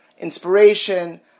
inspiration